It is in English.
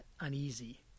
uneasy